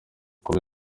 com